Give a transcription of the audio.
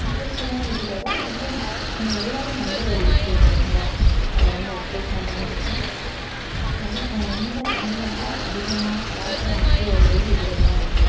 இன்ட்ரெஸ்ட்டிங்கான விஷயத்த விட அது ரொம்ப எல்லோரும் நம்புகிற ஒரு விஷயம் இல்லைங்களா அது ரொம்ப எக்சைட்மெண்ட்டான விஷயம் எல் எந்த தமிழ்நாட்டில் அதிகமான கலாச்சாரம் முக்கிய வகைகளில் இதுகள்லாம் ஒன்று